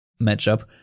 matchup